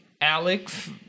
Alex